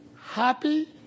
happy